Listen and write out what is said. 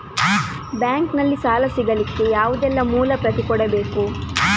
Bank ನಲ್ಲಿ ಸಾಲ ಸಿಗಲಿಕ್ಕೆ ಯಾವುದೆಲ್ಲ ಮೂಲ ಪ್ರತಿ ಕೊಡಬೇಕು?